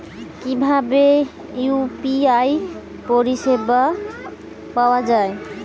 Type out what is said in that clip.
কিভাবে ইউ.পি.আই পরিসেবা পাওয়া য়ায়?